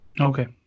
Okay